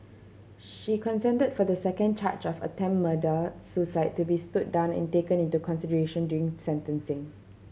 she consented for the second charge of attempted suicide to be stood down and taken into consideration during sentencing